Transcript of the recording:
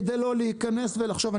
כדי לא להיכנס ולחשוב.